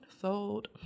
sold